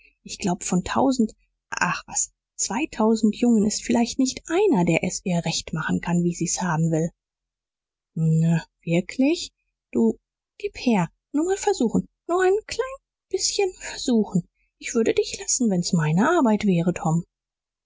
ich glaube von tausend was zweitausend jungen ist vielleicht nicht einer der's ihr recht machen kann wie sie's haben will na wirklich du gib her nur mal versuchen nur ein klein bißchen versuchen ich würde dich lassen wenn's meine arbeit wäre tom